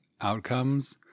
outcomes